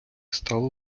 стало